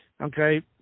okay